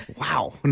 Wow